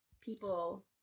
people